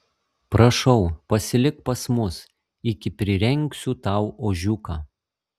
prašau pasilik pas mus iki prirengsiu tau ožiuką